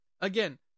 again